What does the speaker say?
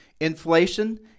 inflation